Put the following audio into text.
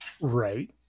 right